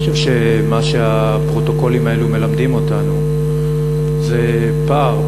אני חושב שמה שהפרוטוקולים האלו מלמדים אותנו זה פער,